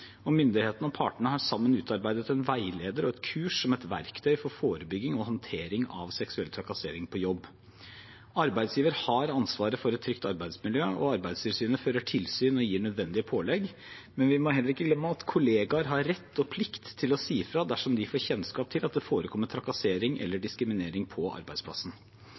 og myndighetene og partene har sammen utarbeidet en veileder og et kurs som et verktøy for forebygging og håndtering av seksuell trakassering på jobb. Arbeidsgiver har ansvaret for et trygt arbeidsmiljø, og Arbeidstilsynet fører tilsyn og gir nødvendige pålegg, men vi må heller ikke glemme at kollegaer har rett og plikt til å si fra dersom de får kjennskap til at det forekommer trakassering eller diskriminering på arbeidsplassen.